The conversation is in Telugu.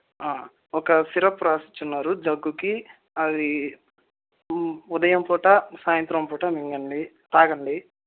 ఒక సిరప్ రాసిచ్చున్నారు దగ్గుకి అవి ఉదయం పూట సాయంత్రం పూట మింగండి త్రాగండి